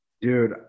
Dude